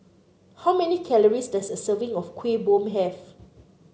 how many calories does a serving of Kuih Bom have